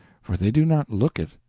for they do not look it.